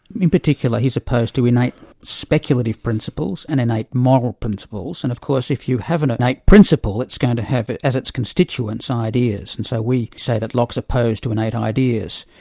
in particular, he's opposed to innate speculative principles and innate moral principles, and of course if you have an innate principle, it's going to have as its constituents, ideas. and so we say that locke's opposed to innate ideas.